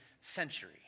century